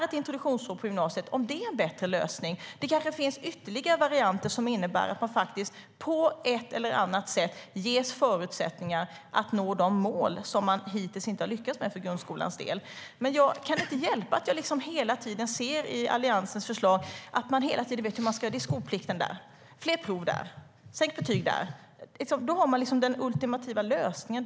Ett introduktionsår på gymnasiet kanske är en bättre lösning, och det kanske finns ytterligare varianter som innebär att man på ett eller annat sätt ges förutsättningar att nå de mål man hittills inte har lyckats med för grundskolans del. Jag kan inte hjälpa att jag hela tiden ser i Alliansens förslag att man vet hur man ska göra. Det är skolplikt här, och det är fler prov där. Man sänker åldern för betyg. Man har liksom den ultimata lösningen.